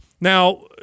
Now